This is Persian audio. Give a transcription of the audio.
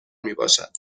میباشد